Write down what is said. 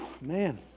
man